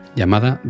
llamada